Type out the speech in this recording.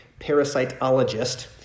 parasitologist